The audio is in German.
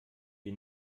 wir